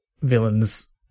villains